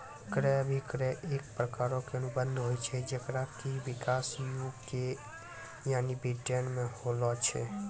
क्रय अभिक्रय एक प्रकारो के अनुबंध होय छै जेकरो कि विकास यू.के यानि ब्रिटेनो मे होलो छै